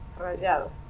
Rayado